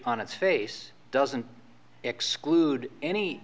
on its face doesn't exclude any